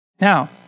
Now